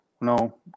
No